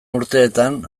urteetan